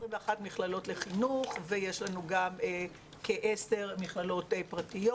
21 מכללות לחינוך ויש לנו גם כעשר מכללות פרטיות.